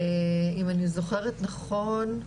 אם אני זוכרת נכון,